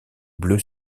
bleu